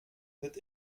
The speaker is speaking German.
wird